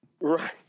Right